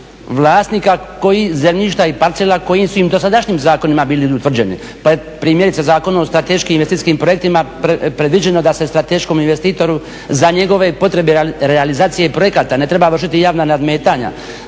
vlasnika zemljišta i parcela koji su i u dosadašnjim zakonima bili utvrđeni. Pa primjerice Zakon o strateškim investicijskim projektima predviđeno da se strateškom investitoru za njegove potrebe realizacije projekata, ne treba vršiti javna nadmetanja,